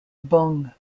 bung